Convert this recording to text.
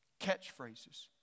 catchphrases